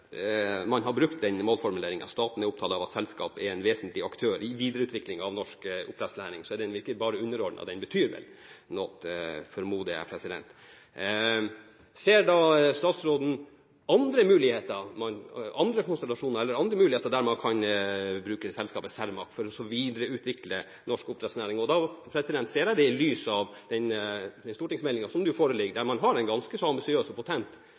man har brukt den målformuleringen om at staten er opptatt av at selskapet er en vesentlig aktør i videreutviklingen av norsk oppdrettsnæring, så er den ikke bare underordnet – den betyr vel noe, formoder jeg. Ser da statsråden andre konstellasjoner eller andre muligheter der man kan bruke selskapet Cermaq for å videreutvikle norsk oppdrettsnæring? Og da ser jeg det i lys av den stortingsmeldingen som nå foreligger, der man har en ganske ambisiøs og potent